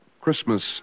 Christmas